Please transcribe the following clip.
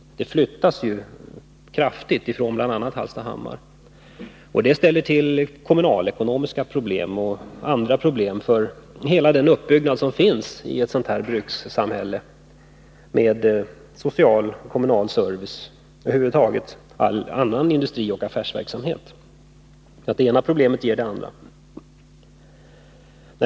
Det flyttas ju kraftigt, bl.a. från Hallstahammar, och det ställer till kommunalekonomiska problem och andra problem för hela den uppbyggnad som finns i ett sådant här brukssamhälle, med social och kommunal service liksom all industrioch affärsverksamhet över huvud taget. Så det ena problemet ger det andra.